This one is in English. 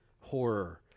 horror